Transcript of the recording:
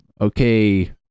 okay